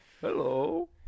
Hello